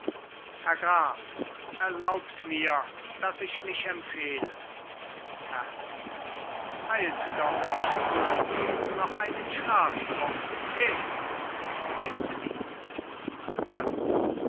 herr graf erlaubt mir daß ich mich empfehle terzky eilt doch nicht so noch einen schlaftrunk he zu den bedienten götz